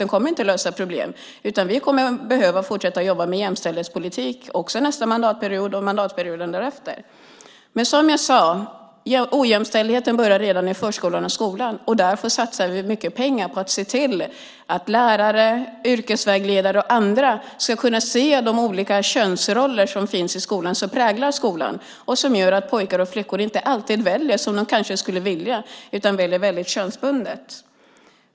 Den kommer inte att lösa problemen, utan vi kommer att behöva fortsätta att jobba med jämställdhetspolitik också nästa mandatperiod och mandatperioden därefter. Som jag sade börjar ojämställdheten redan i förskolan och skolan, och därför satsar vi mycket pengar på att se till att lärare, yrkesvägledare och andra ska kunna se de olika könsroller som finns i skolan, som präglar skolan och som gör att pojkar och flickor inte alltid väljer som de kanske skulle vilja utan väljer väldigt könsbundet.